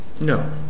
No